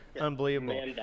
Unbelievable